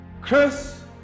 Chris